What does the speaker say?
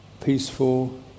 peaceful